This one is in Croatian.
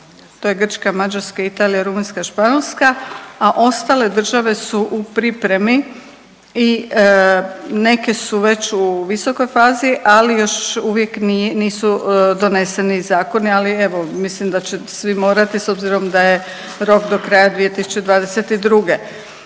to je Grčka, Mađarska, Italija, Rumunjska, Španjolska, a ostale države su u pripremi i neke su već u visokoj fazi, ali još uvijek nisu doneseni zakoni. Ali evo, mislim da će svi morati s obzirom da je rok do kraja 2022.